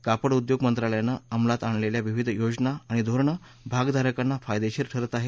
कापड उद्योग मंत्रालयानं अंमलात आणलेल्या विविध योजना आणि धोरणं भागधारकांना फायदेशीर ठरत आहेत